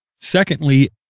Secondly